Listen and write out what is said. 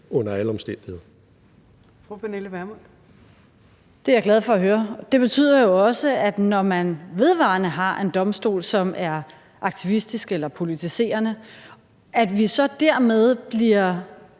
Pernille Vermund (NB): Det er jeg glad for at høre. Og det betyder jo også, når man vedvarende har en domstol, som er aktivistisk eller politiserende, at vi så dermed bliver,